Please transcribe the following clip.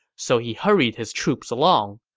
so he hurried his troops along.